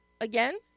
again